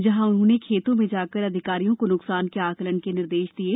जहां उन्होंने खेतों में जाकर अधिकारियों को नुकसान के आंकलन के निर्देश दिये